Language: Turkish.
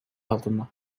altında